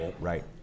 Right